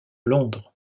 londres